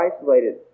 isolated